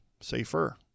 safer